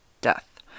death